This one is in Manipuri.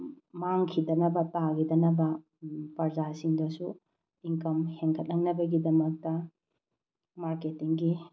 ꯃꯥꯡꯈꯤꯗꯅꯕ ꯇꯥꯈꯤꯗꯅꯕ ꯄ꯭ꯔꯖꯥꯁꯤꯡꯗꯁꯨ ꯏꯟꯀꯝ ꯍꯦꯟꯒꯠꯂꯛꯅꯕꯒꯤꯗꯃꯛꯇ ꯃꯥꯔꯀꯦꯇꯤꯡꯒꯤ